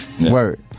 Word